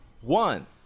one